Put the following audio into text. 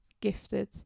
gifted